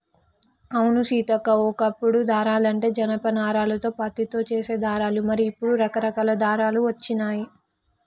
అవును సీతక్క ఓ కప్పుడు దారాలంటే జనప నారాలతో పత్తితో చేసే దారాలు మరి ఇప్పుడు రకరకాల దారాలు వచ్చినాయి